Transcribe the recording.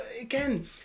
again